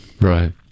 Right